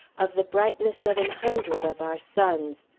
of the brightness of an hundred of our suns,